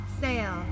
Sail